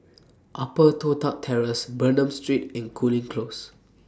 Upper Toh Tuck Terrace Bernam Street and Cooling Close